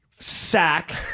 sack